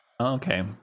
Okay